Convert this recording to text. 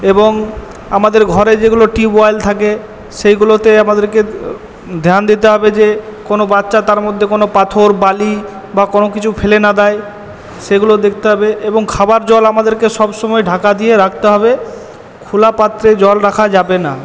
এবং আমাদের ঘরে যেগুলো টিউবওয়েল থাকে সেইগুলোতে আমাদেরকে ধ্যান দিতে হবে যে কোনো বাচ্চা তার মধ্যে কোনো পাথর বালি বা কোনো কিছু ফেলে না দেয় সেগুলো দেখতে হবে এবং খাবার জল আমাদেরকে সব সময় ঢাকা দিয়ে রাখতে হবে খোলা পাত্রে জল রাখা যাবে না